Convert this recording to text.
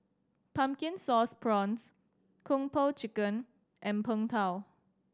Pumpkin Sauce Prawns Kung Po Chicken and Png Tao